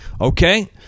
Okay